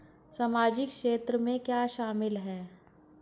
सामाजिक क्षेत्र में क्या शामिल है?